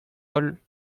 holl